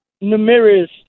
numerous